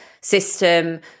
system